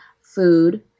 food